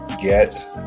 get